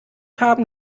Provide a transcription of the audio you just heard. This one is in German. haben